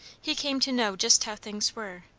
he came to know just how things were,